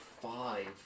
Five